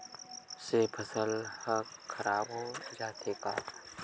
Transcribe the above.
से फसल ह खराब हो जाथे का?